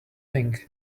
thing